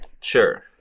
sure